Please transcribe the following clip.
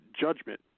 judgment